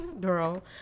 Girl